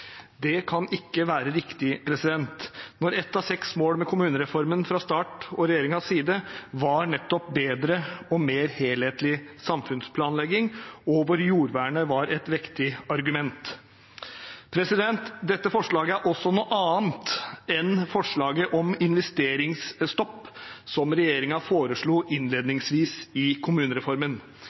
Det kan ikke være riktig når ett av seks mål med kommunereformen fra starten av fra regjeringens side var nettopp bedre og mer helhetlig samfunnsplanlegging, hvor jordvernet var et vektig argument. Dette forslaget er også noe annet enn forslaget om investeringsstopp, som regjeringen foreslo innledningsvis i kommunereformen.